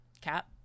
cap